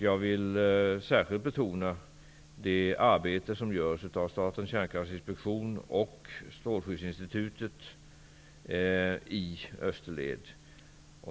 Jag vill särskilt betona det arbete som görs i österled av Statens kärnkraftsinspektion och Strålskyddsinstitutet.